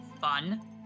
fun